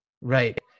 Right